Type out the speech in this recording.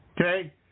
okay